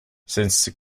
since